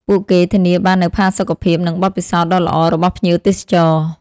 ពួកគេធានាបាននូវផាសុកភាព និងបទពិសោធន៍ដ៏ល្អរបស់ភ្ញៀវទេសចរ។